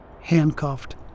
handcuffed